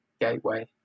gateway